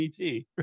et